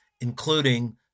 including